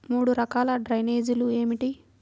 మూడు రకాల డ్రైనేజీలు ఏమిటి?